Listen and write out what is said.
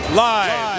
live